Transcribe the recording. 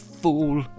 fool